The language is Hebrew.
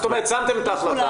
זאת אומרת שמתם את ההחלטה,